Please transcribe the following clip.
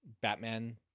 batman